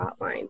hotline